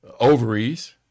ovaries